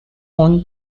own